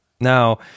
Now